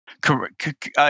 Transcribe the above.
Correct